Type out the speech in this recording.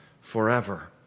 forever